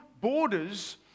borders